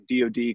DOD